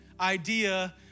idea